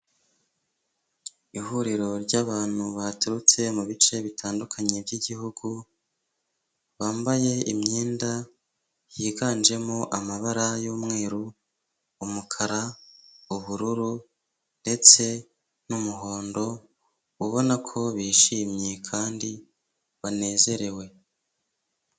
Ihuriro ry'abantu baturutse mu bice bitandukanye by'igihugu, bambaye imyenda yiganjemo amabara y'umweru, umukara, ubururu ndetse n'umuhondo, ubona ko bishimye kandi banezerewe.